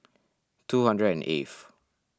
two hundred and eighth